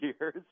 years